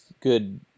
good